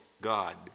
God